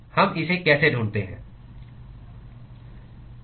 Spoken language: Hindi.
हम इसे कैसे ढूंढते हैं